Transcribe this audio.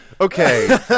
Okay